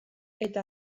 eta